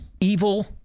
evil